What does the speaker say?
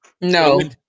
no